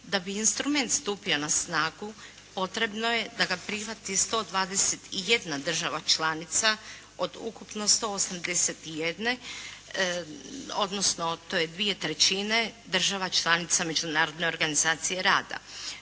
Da bi instrument stupio na snagu potrebno je da ga prihvati 121 država članica od ukupno 181 odnosno to je dvije trećine država članica Međunarodne organizacije rada.